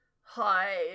hi